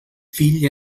fill